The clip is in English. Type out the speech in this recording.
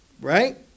right